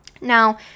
Now